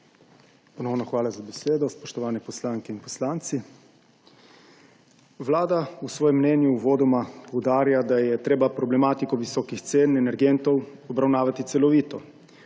hvala za besedo. Spoštovane poslanke in poslanci! Vlada v svojem mnenju uvodoma poudarja, da je treba problematiko visokih cen energentov obravnavati celovito,